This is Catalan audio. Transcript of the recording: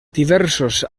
diversos